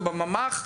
או בממ"ח,